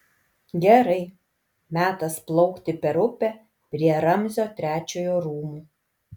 gerai metas plaukti per upę prie ramzio trečiojo rūmų